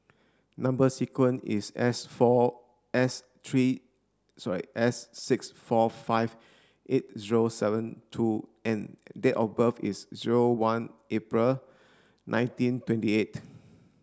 number sequence is S four S three sorry S six four five eight zero seven two N and date of birth is zero one April nineteen twenty eight